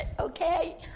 okay